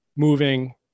Moving